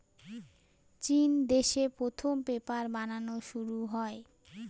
চিন দেশে প্রথম পেপার বানানো শুরু হয়